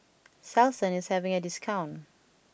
Selsun is having a discount